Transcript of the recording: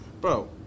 Bro